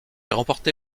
remporté